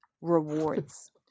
rewards